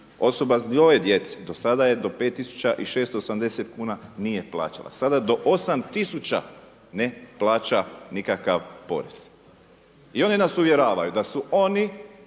Osoba sa dvoje djece do sada je do 5680 kuna nije plaćala. Sada do 8000 ne plaća nikakav porez. I oni nas uvjeravaju da su oni